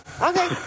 Okay